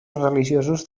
religiosos